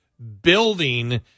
building